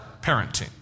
parenting